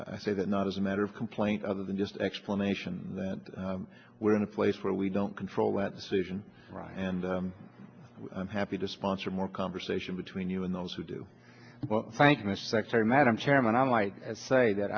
i say that not as a matter of complaint other than just explanation that we're in a place where we don't control that decision and i'm happy to sponsor more conversation between you and those who do well thank you mr secretary madam chairman i might say that